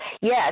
yes